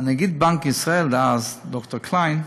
נגיד בנק ישראל אז, ד"ר קליין,